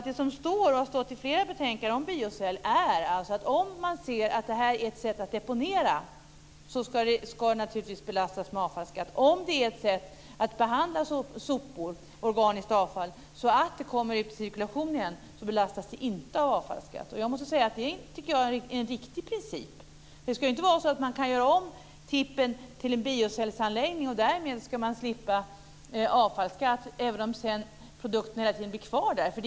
Det som har stått i flera betänkanden är att om man ser att detta är ett sätt att deponera ska det naturligtvis belastas med avfallsskatt. Om det är ett sätt att behandla sopor och organiskt avfall så att det kommer ut i cirkulation igen belastas det inte av avfallsskatt. Det är en riktig princip. Man ska inte kunna göra om tippen till en biocellsanläggning och därmed slippa avfallsskatt, även om produkterna blir kvar där.